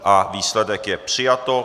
A výsledek je přijato.